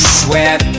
sweat